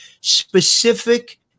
specific